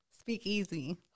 Speakeasy